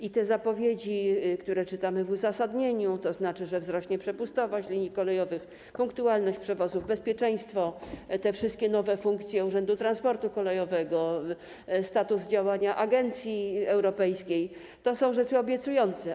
I te zapowiedzi, które czytamy w uzasadnieniu, tzn. że wzrośnie przepustowość linii kolejowych, punktualność przewozów, bezpieczeństwo, włączając te wszystkie nowe funkcje Urzędu Transportu Kolejowego, status działania agencji europejskiej - to są rzeczy obiecujące.